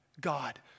God